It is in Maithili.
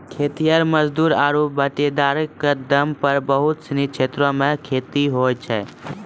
खेतिहर मजदूर आरु बटाईदारो क दम पर बहुत सिनी क्षेत्रो मे खेती होय छै